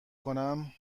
کنم